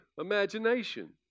imagination